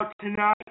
tonight